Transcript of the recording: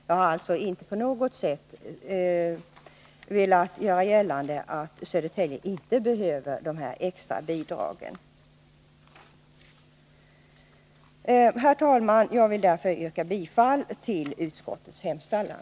Jag har alltså inte på något sätt velat göra gällande att Södertälje inte behöver de extra bidragen. Herr talman! Jag vill därför yrka bifall till utskottets hemställan.